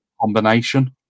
combination